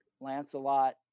Lancelot